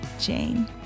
Jane